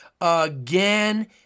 again